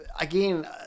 Again